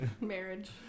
Marriage